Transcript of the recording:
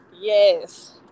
Yes